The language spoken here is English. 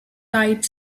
tight